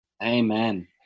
Amen